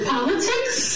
politics